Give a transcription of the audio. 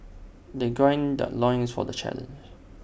they gird their loins for the challenge